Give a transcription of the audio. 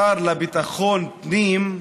השר לביטחון פנים,